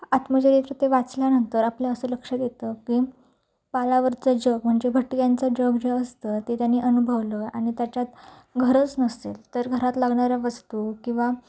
आत्मचरित्र ते वाचल्यानंतर आपल्या असं लक्षात येतं की पालावरचं जग म्हणजे भटक्यांचं जग जे असतं ते त्यांनी अनुभवलं आणि त्याच्यात घरच नसते तर घरात लागणाऱ्या वस्तू किंवा